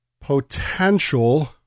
potential